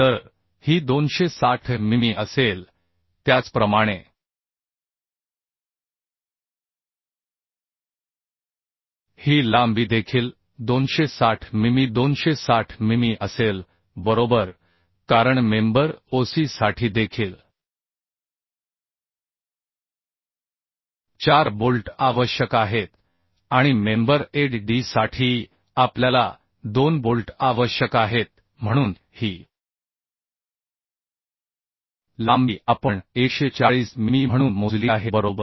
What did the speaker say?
तर ही 260 मिमी असेल त्याचप्रमाणे ही लांबी देखील 260 मिमी 260 मिमी असेल बरोबर कारण मेंबर Oc साठी देखील 4 बोल्ट आवश्यक आहेत आणि मेंबर Ad साठी आपल्याला 2 बोल्ट आवश्यक आहेत म्हणून ही लांबी आपण 140 मिमी म्हणून मोजली आहे बरोबर